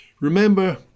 remember